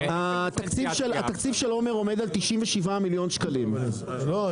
התקציב של עומר עומד על 97 מיליון שקלים בשנה,